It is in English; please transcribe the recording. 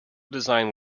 design